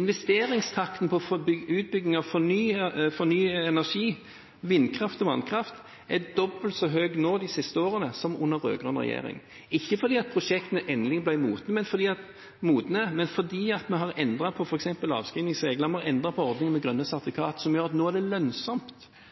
Investeringstakten på utbygging av fornybar energi, vindkraft og vannkraft, er dobbelt så høy nå, i de siste årene, som under rød-grønn regjering – ikke fordi prosjektene endelig ble modne, men fordi vi har endret på f.eks. avskrivningsregler, og vi har endret på ordningen med grønne sertifikat som gjør at det nå er lønnsomt. Strømprisen var i 2015 på det